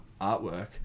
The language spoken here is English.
artwork